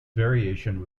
variation